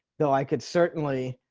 though i could certainly